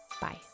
Bye